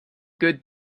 good